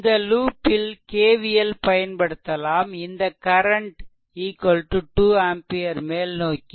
இந்த லூப் ல் K V L பயன்படுத்தலாம் இந்த கரன்ட் 2 ஆம்பியர் மேல் நோக்கி